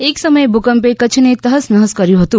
એક સમયે ભૂકંપે કચ્છને તહ્શ નહશ કર્યું હતું